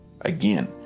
again